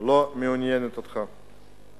לא מעניינת אותך.